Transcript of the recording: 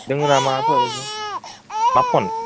दङ नामाफोर ओरैनो मा फन